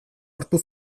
hartu